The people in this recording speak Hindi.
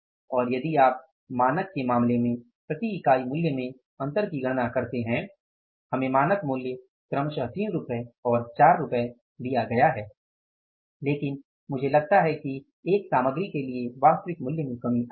और यदि आप मानक के मामले में प्रति इकाई मूल्य में अंतर की गणना करते हैं हमें मानक मूल्य 3 रुपये और 4 रुपये दिया गया है लेकिन मुझे लगता है कि एक सामग्री के लिए वास्तविक मूल्य में कमी आई है